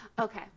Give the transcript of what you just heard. Okay